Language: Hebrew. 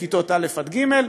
כיתות א' ג',